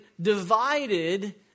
divided